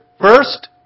First